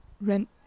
rent